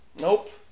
Nope